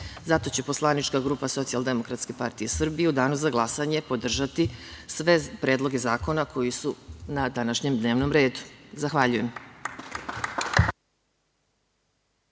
će Poslanička grupa Socijaldemokratske partije Srbije u danu za glasanje podržati sve predloge zakona koji su na današnjem dnevnom redu. Zahvaljujem.